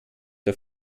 der